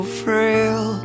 frail